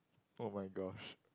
oh-my-gosh